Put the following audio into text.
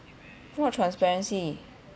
what transparency